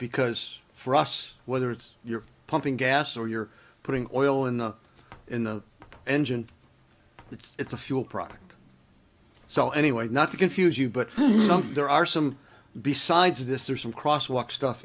because for us whether it's you're pumping gas or you're putting oil in the in the engine it's a fuel product so anyway not to confuse you but there are some besides this are some cross walk stuff